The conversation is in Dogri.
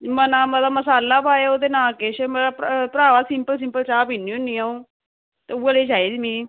ना मता मसाला पायो ते ना किश भ्रा सिंपल सिंपल चाह् पीनी होनी अंऊ उऐ नेहीं चाहिदी में